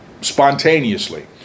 spontaneously